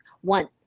one